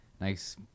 nice